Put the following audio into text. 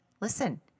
listen